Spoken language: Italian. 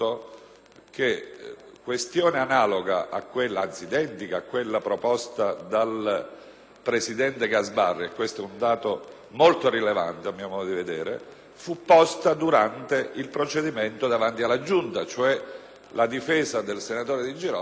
che una questione identica a quella proposta dal presidente Gasparri (è questo è un dato molto rilevante, a mio modo di vedere) fu posta durante il procedimento davanti alla Giunta. La difesa del senatore Di Girolamo,